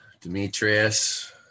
Demetrius